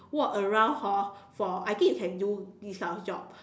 walk around hor for I think you can do this type of job